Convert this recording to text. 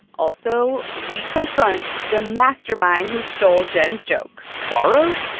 also, we confront the mastermind who stole jen's joke borrowed?